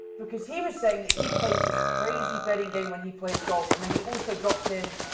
because he was saying that he plays this crazy betting game when he plays golf, and then he also dropped in,